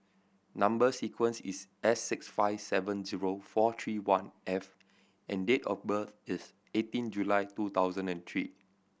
number sequence is S six five seven zero four three one F and date of birth is eighteen July two thousand and three